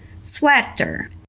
Sweater